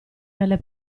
nelle